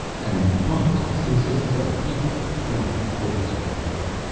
and politics consists of people, not words on paper.